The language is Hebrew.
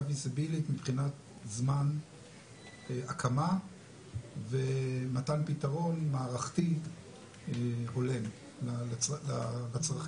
פיזיבילית מבחינת זמן הקמה ומתן פתרון מערכתי הולם לצרכים,